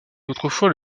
autrefois